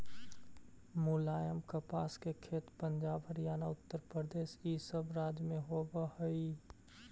मुलायम कपास के खेत पंजाब, हरियाणा, उत्तरप्रदेश इ सब राज्य में होवे हई